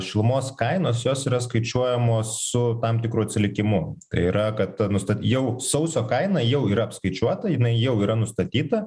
šilumos kainos jos yra skaičiuojamos su tam tikru atsilikimu tai yra kad ta nusta jau sausio kaina jau yra apskaičiuota jinai jau yra nustatyta